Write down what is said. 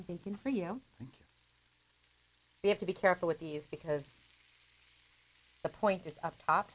i'm thinking for you and we have to be careful with these because the point is up top